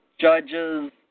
judges